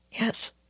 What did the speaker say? Yes